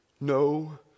No